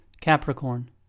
Capricorn